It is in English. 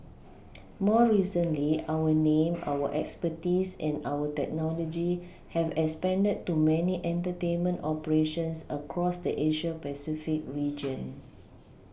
more recently our name our expertise and our technology have expanded to many entertainment operations across the Asia Pacific region